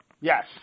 Yes